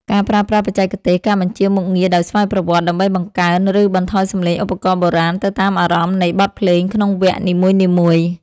ការប្រើប្រាស់បច្ចេកទេស ការបញ្ជាមុខងារដោយស្វ័យប្រវត្តិ ដើម្បីបង្កើន ឬបន្ថយសំឡេងឧបករណ៍បុរាណទៅតាមអារម្មណ៍នៃបទភ្លេងក្នុងវគ្គនីមួយៗ។